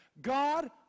God